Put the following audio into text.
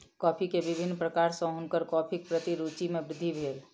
coffee के विभिन्न प्रकार सॅ हुनकर कॉफ़ीक प्रति रूचि मे वृद्धि भेल